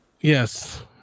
yes